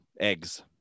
Eggs